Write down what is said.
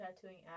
tattooing